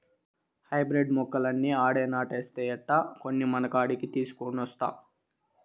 hybrid మొక్కలన్నీ ఆడే నాటేస్తే ఎట్టా, కొన్ని మనకాడికి తీసికొనొస్తా